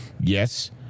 Yes